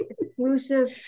Exclusive